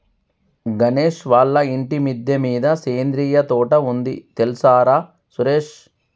గణేష్ వాళ్ళ ఇంటి మిద్దె మీద సేంద్రియ తోట ఉంది తెల్సార సురేష్